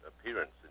appearance